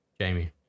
Jamie